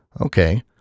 Okay